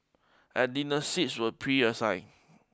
at dinner seats were preassigned